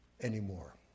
anymore